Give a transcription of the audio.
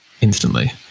instantly